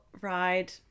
ride